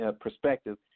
perspective